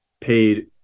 paid